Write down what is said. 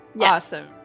Awesome